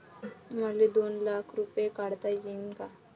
मले दोन लाख रूपे काढता येईन काय?